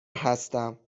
هستم